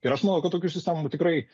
ir aš manau kad tokių sistemų tikrai